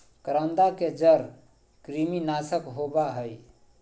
करौंदा के जड़ कृमिनाशक होबा हइ